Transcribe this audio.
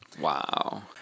Wow